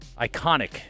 iconic